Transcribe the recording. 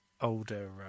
older